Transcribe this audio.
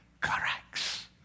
corrects